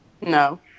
no